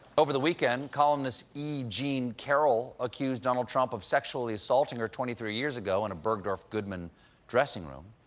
over the weekend, columnist e. jean carroll accused donald trump of sexually assaulting her twenty three years ago in a bergdorf goodman dressing room.